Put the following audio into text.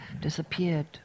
disappeared